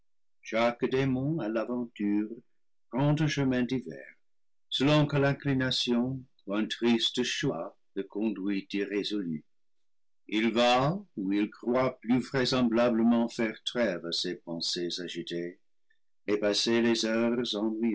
à l'aventure prend un chemin divers selon que l'inclination ou un triste choix le conduit irrésolu il va où il croit plus vraisemblablement faire trêve à ses pensées agitées et passer les heures